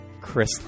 Chris